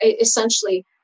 essentially